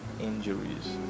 injuries